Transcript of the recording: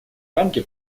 рамки